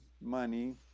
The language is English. money